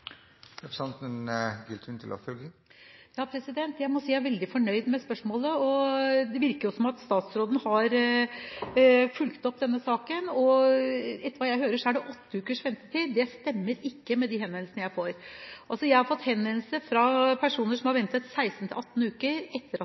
Jeg må si jeg er veldig fornøyd med svaret, og det virker jo som at statsråden har fulgt opp denne saken. Etter hva jeg hører, er det åtte ukers ventetid. Det stemmer ikke med de henvendelsene jeg får. Jeg har fått henvendelse fra personer som har ventet 16 til 18 uker etter at